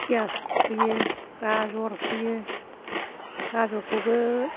पियास फोयो गाजर फोयो गाजरखौबो